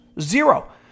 Zero